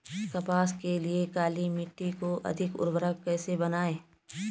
कपास के लिए काली मिट्टी को अधिक उर्वरक कैसे बनायें?